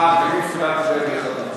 אה, תגיד תפילת הדרך מחדש.